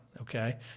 okay